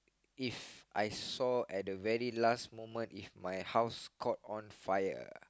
If I saw at the very last moment if my house caught on fire